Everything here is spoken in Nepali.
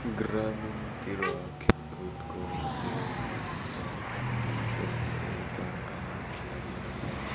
ग्रामीणतिर खेलकुदको धेरै महत्त्व छ त्यसले गाउँका खेलाडीहरूलाई